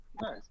Nice